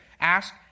Ask